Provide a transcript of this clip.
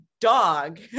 dog